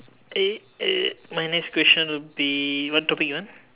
my next question would be what topic ah